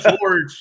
George